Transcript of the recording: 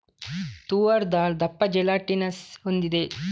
ತೂವರ್ ದಾಲ್ ದಪ್ಪ ಜೆಲಾಟಿನಸ್ ಹೊಂದಿದೆ